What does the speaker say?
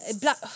*Black*